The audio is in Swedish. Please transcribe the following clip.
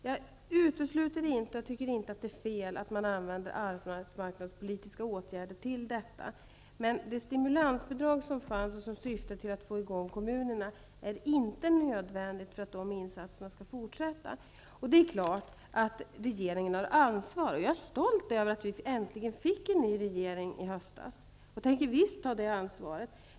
Jag utesluter inte och tycker inte att det är fel att man använder arbetsmarknadspolitiska åtgärder till detta, men det stimulansbidrag som fanns och som syftade till att få i gång kommunerna är inte nödvändigt för att de insatserna skall fortsätta. Det är klart att regeringen har ansvar. Jag är stolt över att vi i höstas äntligen fick en ny regering, och jag tänker visst ta det ansvaret.